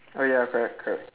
oh ya correct correct